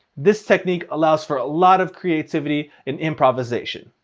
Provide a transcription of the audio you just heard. this technique allows for a lot of creativity and improvisation.